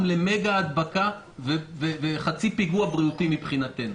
למגה-הדבקה וחצי פיגוע בריאותי מבחינתנו.